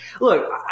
look